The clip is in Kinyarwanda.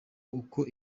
uko